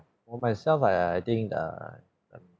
for myself I I I think err